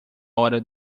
hora